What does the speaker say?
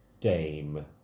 Dame